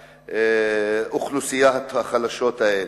האוכלוסיות החלשות האלה.